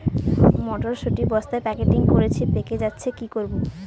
মটর শুটি বস্তা প্যাকেটিং করেছি পেকে যাচ্ছে কি করব?